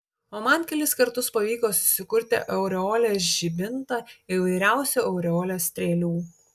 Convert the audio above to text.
o man kelis kartus pavyko susikurti aureolės žibintą įvairiausių aureolės strėlių